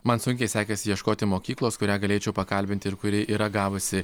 man sunkiai sekėsi ieškoti mokyklos kurią galėčiau pakalbinti ir kuri yra gavusi